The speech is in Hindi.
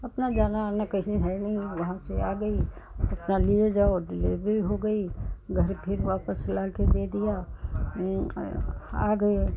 अपना जाना आना कहीं है नहीं वहाँ से आ गई अपना लिए जाओ डिलीवरी हो गई घर फिर वापस लाकर दे दिया आ गए